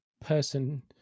person